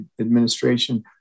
administration